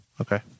Okay